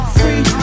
free